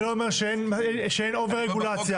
זה לא אומר שאין אובר רגולציה.